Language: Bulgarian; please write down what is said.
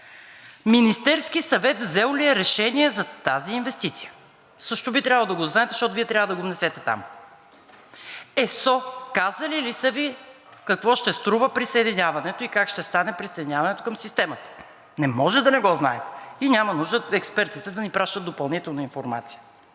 Министерският съвет взел ли е решение за тази инвестиция? Също би трябвало да го знаете, защото Вие трябва да го внесете там. ЕСО казали ли са Ви какво ще струва присъединяването и как ще стане присъединяването към системата? Не може да не го знаете и няма нужда експертите да ни пращат допълнително информация.